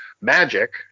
magic